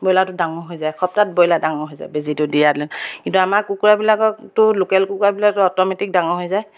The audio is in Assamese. ব্ৰইলাৰটো ডাঙৰ হৈ যায় এসপ্তাহত ব্ৰইলাৰ ডাঙৰ হৈ যায় বেজিটো দিয়ালে কিন্তু আমাৰ কুকুৰাবিলাককতো লোকেল কুকুৰাবিলাক অট'মেটিক ডাঙৰ হৈ যায়